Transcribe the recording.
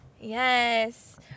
yes